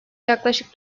yaklaşık